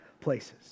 places